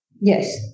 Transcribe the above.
Yes